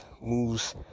moves